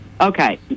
Okay